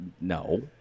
no